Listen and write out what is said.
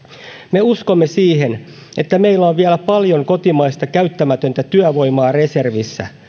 me uskomme siihen että meillä on vielä paljon kotimaista käyttämätöntä työvoimaa reservissä